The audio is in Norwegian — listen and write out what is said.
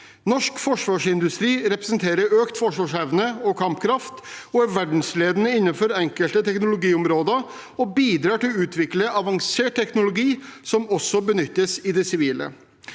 Norsk forsvarsindustri representerer økt forsvarsevne og kampkraft, er verdensledende innenfor enkelte teknologiområder og bidrar til å utvikle avansert teknologi som også benyttes i det sivile.